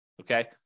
Okay